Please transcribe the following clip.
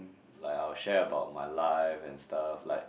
like I will share about my life and stuff like